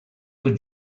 were